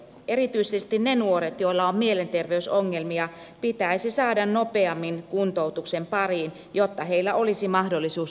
erityisesti ne nuoret joilla on mielenterveysongelmia pitäisi saada nopeammin kuntoutuksen pariin jotta heillä olisi mahdollisuus työllistyä jatkossa